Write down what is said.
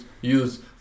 use